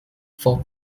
for